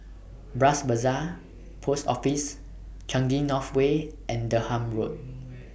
Bras Basah Post Office Changi North Way and Durham Road